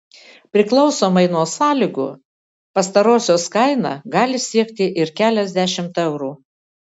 priklausomai nuo sąlygų pastarosios kaina gali siekti ir keliasdešimt eurų